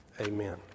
amen